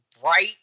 bright